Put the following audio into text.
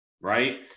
Right